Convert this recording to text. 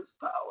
power